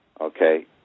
okay